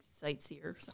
sightseer